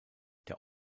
der